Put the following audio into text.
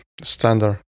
standard